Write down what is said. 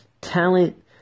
Talent